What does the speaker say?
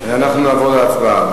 אנחנו נעבור להצבעה.